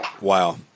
Wow